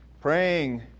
Praying